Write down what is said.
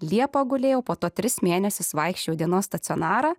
liepą gulėjau po to tris mėnesius vaikščiojau dienos stacionarą